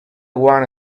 one